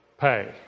pay